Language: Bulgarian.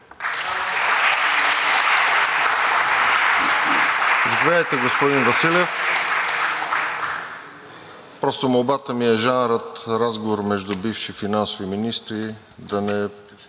Заповядайте, господин Василев. Просто молбата ми е жанрът разговор между бивши финансови министри